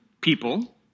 people